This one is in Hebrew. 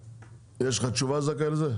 זכאי, יש לך תשובה לזה?